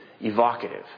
evocative